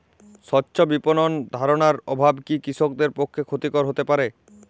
স্বচ্ছ বিপণন ধারণার অভাব কি কৃষকদের পক্ষে ক্ষতিকর হতে পারে?